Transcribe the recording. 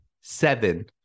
seven